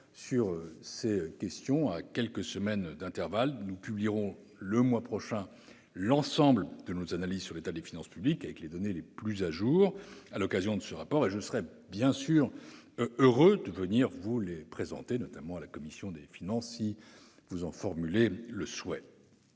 sur ces questions à quelques semaines d'intervalle. Nous publierons le mois prochain l'ensemble de nos analyses sur l'état des finances publiques, avec les données les plus à jour, à l'occasion de ce rapport. Je serai bien sûr heureux de venir les présenter à votre commission des finances si vous en formulez le souhait.